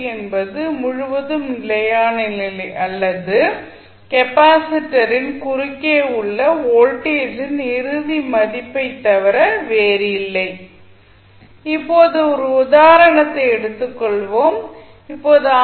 என்பது முழுவதும் நிலையான நிலை அல்லது கெப்பாசிட்டரின் குறுக்கே உள்ள வோல்டேஜின் இறுதி மதிப்பைத் தவிர வேறில்லை இப்போது ஒரு உதாரணத்தை எடுத்துக்கொள்வோம் இப்போது ஆர்